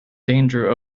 danger